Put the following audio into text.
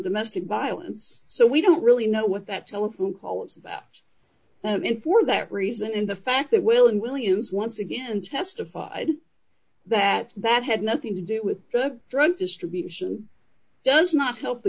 domestic violence so we don't really know what that telephone call is about that and for that reason and the fact that will and williams once again testified that that had nothing to do with drug distribution does not help the